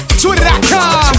twitter.com